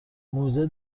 موزه